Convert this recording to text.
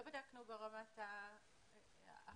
לא בדקנו ברמת החברה.